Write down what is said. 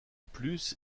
plus